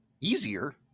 easier